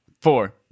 four